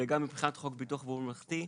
וגם מבחינת חוק ביטוח בריאות ממלכתי,